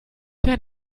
der